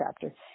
chapter